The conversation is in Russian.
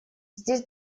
здесь